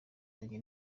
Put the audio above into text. yanjye